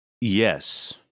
Yes